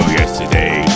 yesterday